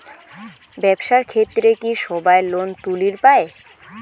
ব্যবসার ক্ষেত্রে কি সবায় লোন তুলির পায়?